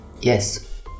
Yes